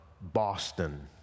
Boston